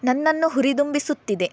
ನನ್ನನ್ನು ಹುರಿದುಂಬಿಸುತ್ತಿದೆ